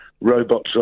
robots